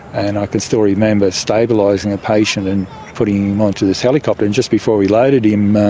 and i can still remember stabilising a patient and putting him on to this helicopter and just before we loaded him,